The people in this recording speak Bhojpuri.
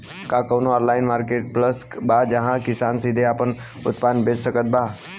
का कउनों ऑनलाइन मार्केटप्लेस बा जहां किसान सीधे आपन उत्पाद बेच सकत बा?